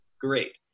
great